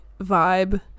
vibe